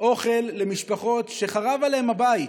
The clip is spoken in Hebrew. אוכל למשפחות שחרב עליהם הבית,